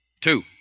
Two